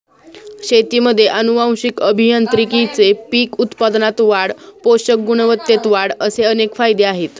शेतीमध्ये आनुवंशिक अभियांत्रिकीचे पीक उत्पादनात वाढ, पोषक गुणवत्तेत वाढ असे अनेक फायदे आहेत